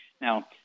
Now